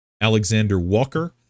Alexander-Walker